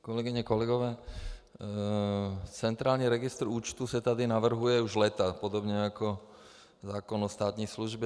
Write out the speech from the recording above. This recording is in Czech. Kolegyně a kolegové, centrální registr účtů se tu navrhuje už léta, podobně jako zákon o státní službě.